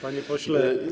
Panie pośle.